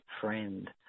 friend